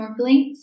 snorkeling